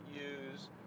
use